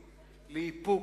לאיפוק,